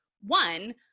one